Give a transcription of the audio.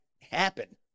happen